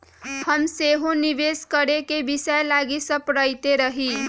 हम सेहो निवेश करेके विषय लागी सपड़इते रही